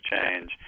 change